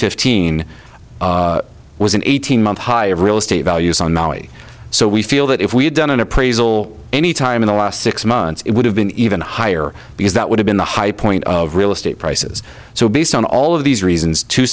fifth teen was an eighteen month high of real estate values on maui so we feel that if we had done an appraisal anytime in the last six months it would have been even higher because that would have been the high point of real estate prices so based on all of these reasons to